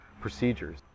procedures